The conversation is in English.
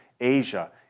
Asia